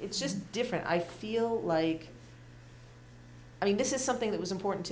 it's just different i feel like i mean this is something that was important to